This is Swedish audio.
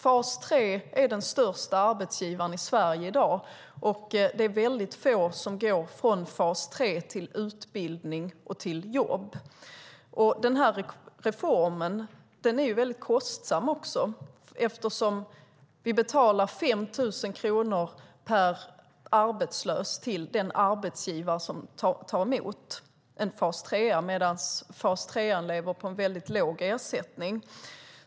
Fas 3 är den största arbetsgivaren i Sverige i dag, och det är väldigt få som går från fas 3 till utbildning och jobb. Reformen är också väldigt kostsam, eftersom vi betalar 5 000 kronor per arbetslös till den arbetsgivare som tar emot en fas 3:are - medan fas 3:aren lever på väldigt låg ersättning.